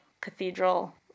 cathedral